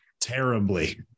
terribly